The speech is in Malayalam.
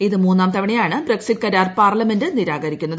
ഇത് മൂന്നാം തവണയാണ് ബ്രക്സിറ്റ് കരാർ പാർലമെന്റ് നിരാകരിക്കുന്നത്